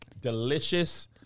delicious